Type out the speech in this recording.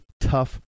tough